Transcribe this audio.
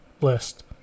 list